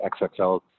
XXL